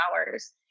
hours